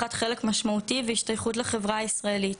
ללקיחת חלק משמעותי והשתייכות לחברה הישראלית.